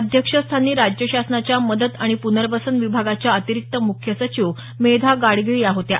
अध्यक्षस्थानी राज्य शासनाच्या मदत आणि प्नर्वसन विभागाच्या अतिरिक्त मुख्य सचिव मेधा गाडगीळ या होत्या